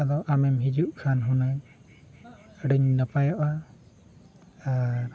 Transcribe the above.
ᱟᱫᱚ ᱟᱢᱮᱢ ᱦᱤᱡᱩᱜ ᱠᱷᱟᱱ ᱦᱩᱱᱟᱹᱝ ᱟᱹᱰᱤᱧ ᱱᱟᱯᱟᱭᱚᱜᱼᱟ ᱟᱨ